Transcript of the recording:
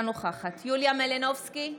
אינה נוכחת יוליה מלינובסקי,